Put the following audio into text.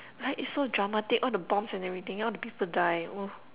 right it's so dramatic all the bombs and everything all the people die !woah!